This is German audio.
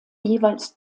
jeweils